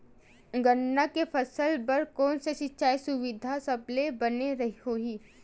गन्ना के फसल बर कोन से सिचाई सुविधा सबले बने होही?